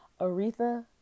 Aretha